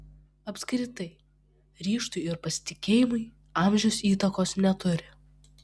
apskritai ryžtui ir pasitikėjimui amžius įtakos neturi